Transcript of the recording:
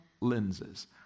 lenses